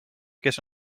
kes